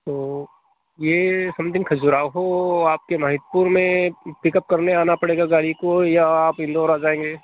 तो ये समथिंग खजुराहो आपके महितपुर में पिकअप करने आना पड़ेगा गाड़ी को या आप इंदौर आ जाएँगे